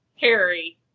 Harry